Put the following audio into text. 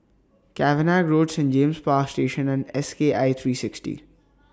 Cavenagh Road Saint James Power Station and S K I three sixty